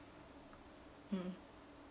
mm